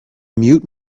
mute